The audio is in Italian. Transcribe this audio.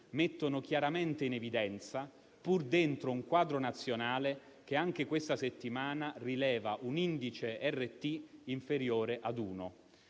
mettono chiaramente in evidenza, pur dentro un quadro nazionale che, anche questa settimana, rileva un indice RT inferiore ad 1.